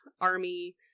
army